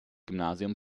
gymnasium